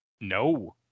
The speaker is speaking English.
No